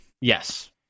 Yes